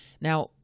Now